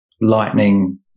Lightning